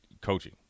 coaching